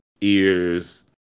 ears